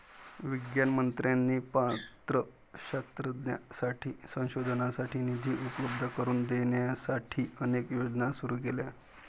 विज्ञान मंत्र्यांनी पात्र शास्त्रज्ञांसाठी संशोधनासाठी निधी उपलब्ध करून देण्यासाठी अनेक योजना सुरू केल्या